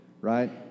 right